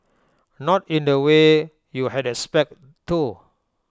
not in the way you had expect though